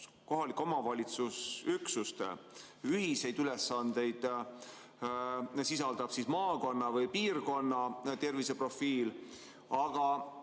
Kohaliku omavalitsuse üksuste ühised ülesanded sisaldavad maakonna või piirkonna terviseprofiili. Aga